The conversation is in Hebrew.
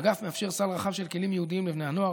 האגף מאפשר סל רחב של כלים ייעודיים לבני הנוער,